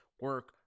Work